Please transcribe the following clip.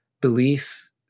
belief